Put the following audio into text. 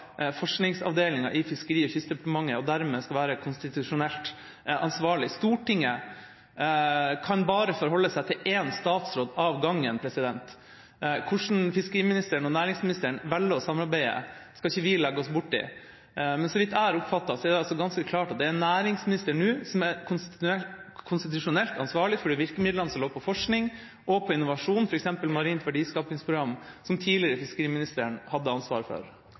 forskningsavdelinga i Fiskeri- og kystdepartementet, og som dermed skal være konstitusjonelt ansvarlig. Stortinget kan bare forholde seg til en statsråd av gangen. Hvordan fiskeriministeren og næringsministeren velger å samarbeide, skal ikke vi legge oss bort i. Men så vidt jeg har oppfattet, er det ganske klart at det nå er næringsministeren som er konstitusjonelt ansvarlig for de virkemidlene som ligger på forskning og på innovasjon, f.eks. marint verdiskapingsprogram, som den tidligere fiskeriministeren hadde ansvaret for.